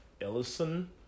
Ellison